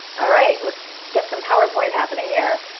all right. let's get some powerpoint happening here.